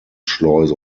schleuse